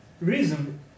reason